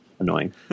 annoying